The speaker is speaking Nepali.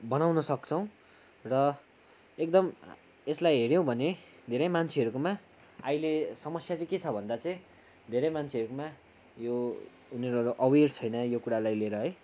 बनाउन सक्छौँ र एकदम यसलाई हेऱ्यौँ भने धेरै मान्छेहरूकोमा आहिले समस्या चाहिँ के छ भन्दा चाहिँ धेरै मान्छेहरूकोमा यो उनीरहरू अवेयर छैन यो कुरालाई लिएर है